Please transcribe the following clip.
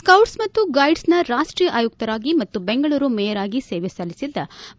ಸೌಟ್ ಮತ್ತು ಗೈಡ್ಸ್ನ ರಾಷ್ಟೀಯ ಆಯುಕ್ತರಾಗಿ ಮತ್ತು ಬೆಂಗಳೂರು ಮೇಯರ್ಆಗಿ ಸೇವೆಸಲ್ಲಿಬಿದ್ದ ವಿ